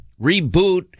reboot